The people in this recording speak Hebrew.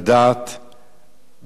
ולהזמין פשוט